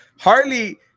harley